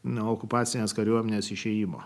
nuo okupacinės kariuomenės išėjimo